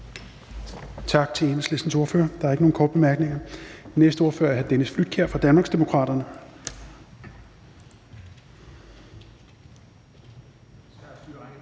Tak til Enhedslistens ordfører. Der er ikke nogen korte bemærkninger. Næste ordfører er hr. Dennis Flydtkjær fra Danmarksdemokraterne.